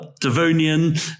Devonian